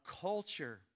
culture